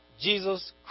Jesus